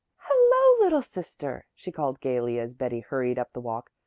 hello, little sister, she called gaily as betty hurried up the walk.